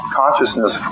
consciousness